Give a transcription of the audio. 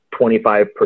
25%